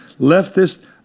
leftist